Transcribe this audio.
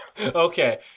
Okay